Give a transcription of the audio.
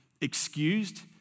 excused